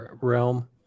realm